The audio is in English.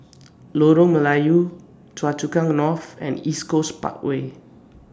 Lorong Melayu Choa Chu Kang North and East Coast Parkway